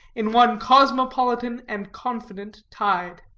in one cosmopolitan and confident tide.